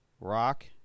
rock